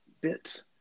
bits